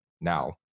now